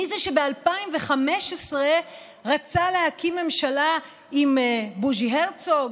מי זה שב-2015 רצה להקים ממשלה עם בוז'י הרצוג,